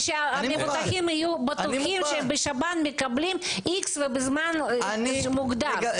ושהמבוטחים יהיו בטוחים שהם בשב"ן מקבלים X בזמן מוגדר.